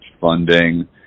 funding